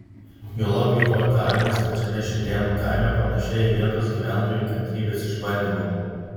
juolab jų parkavimas pačiame šilėnų kaime panašėja į vietos gyventojų kantrybės išbandymą